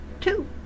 two